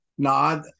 No